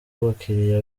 abakiriya